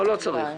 לא צריך.